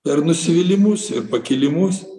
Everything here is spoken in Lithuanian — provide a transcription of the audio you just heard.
per nusivylimus ir pakilimus